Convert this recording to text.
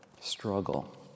struggle